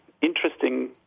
interesting